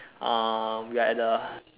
uh we are at the